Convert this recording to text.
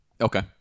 Okay